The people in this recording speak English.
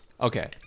Okay